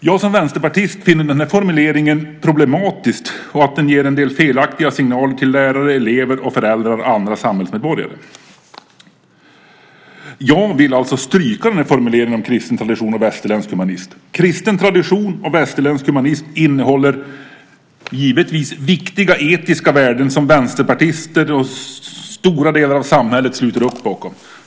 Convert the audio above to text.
Jag som vänsterpartist finner den här formuleringen problematisk och att den ger en del felaktiga signaler till lärare, elever, föräldrar och andra samhällsmedborgare. Jag vill alltså stryka formuleringen om kristen tradition och västerländsk humanism. Kristen tradition och västerländsk humanism innehåller givetvis viktiga etiska värden som vänsterpartister och stora delar av samhället sluter upp bakom.